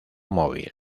móvil